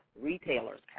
Retailers